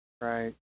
Right